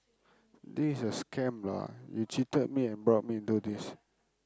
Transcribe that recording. this is a scam lah you cheated me and brought me into this